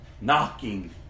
knocking